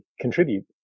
contribute